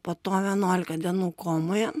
po to vienuolika dienų komoje